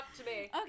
Okay